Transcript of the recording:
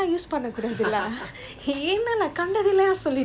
he will be like just finish it you start something you must finish